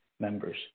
members